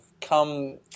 come